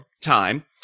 time